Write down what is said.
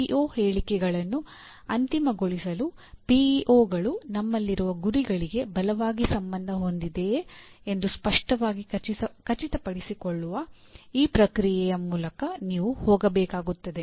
PEO ಹೇಳಿಕೆಗಳನ್ನು ಅಂತಿಮಗೊಳಿಸಲು ಪಿಇಒಗಳು ನಿಮ್ಮಲ್ಲಿರುವ ಗುರಿಗಳಿಗೆ ಬಲವಾಗಿ ಸಂಬಂಧ ಹೊಂದಿದೆಯೇ ಎಂದು ಸ್ಪಷ್ಟವಾಗಿ ಖಚಿತಪಡಿಸಿಕೊಳ್ಳುವ ಈ ಪ್ರಕ್ರಿಯೆಯ ಮೂಲಕ ನೀವು ಹೋಗಬೇಕಾಗುತ್ತದೆ